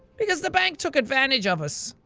because the bank took advantage of us.